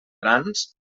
grans